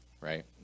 Right